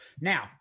Now